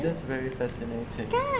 that is very fascinating